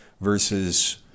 versus